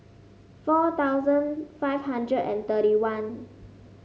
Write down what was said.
four thousand five hundred and thirty one